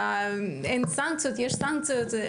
אין סנקציות,